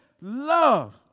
love